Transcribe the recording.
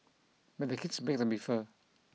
but the kids be the differ